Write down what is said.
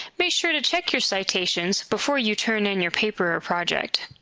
make sure to check your citations before you turn in your paper or project.